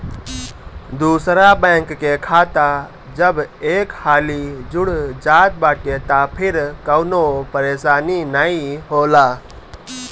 दूसरा बैंक के खाता जब एक हाली जुड़ जात बाटे तअ फिर कवनो परेशानी नाइ होला